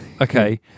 okay